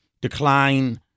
decline